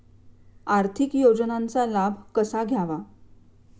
आर्थिक योजनांचा लाभ कसा घ्यावा?